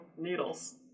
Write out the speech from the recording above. needles